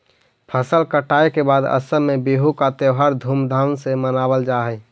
फसल कटाई के बाद असम में बिहू का त्योहार धूमधाम से मनावल जा हई